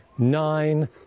Nine